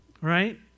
right